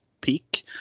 peak